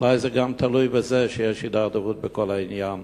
אולי בגלל זה יש הידרדרות בכל העניין